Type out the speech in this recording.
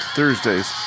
Thursdays